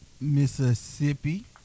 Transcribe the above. Mississippi